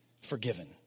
forgiven